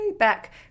back